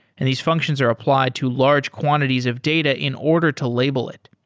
and these functions are applied to large quantities of data in order to label it.